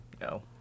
No